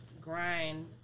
grind